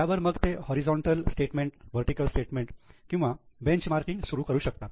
त्यावर मग ते हॉरिझॉन्टल स्टेटमेंट वर्टीकल स्टेटमेंट किंवा बेंचमार्किंग करू शकतात